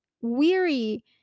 weary